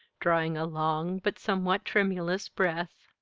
drawing a long but somewhat tremulous breath.